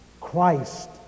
Christ